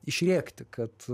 išrėkti kad